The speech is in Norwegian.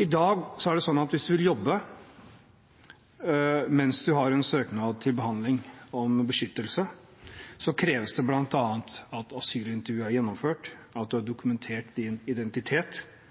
I dag er det sånn at hvis man vil jobbe mens man har en søknad om beskyttelse til behandling, kreves det bl.a. at asylintervju er gjennomført, at man har dokumentert sin identitet,